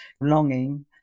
longing